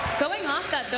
going off that,